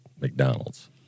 McDonald's